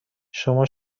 شما